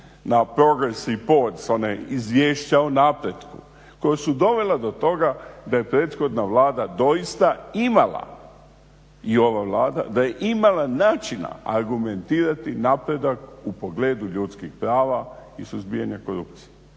na Progres reports, ona Izvješća o napretku, koja su dovela do toga da je prethodna Vlada doista imala i ova Vlada da je imala načina argumentirati napredak u pogledu ljudskih prava i suzbijanja korupcije.